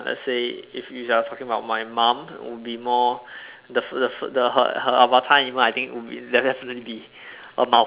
let's say if you are talking about my mum would be more the food the food the her her avatar you know I think would definitely be a mouse